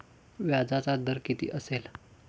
व्याजाचा दर किती असेल?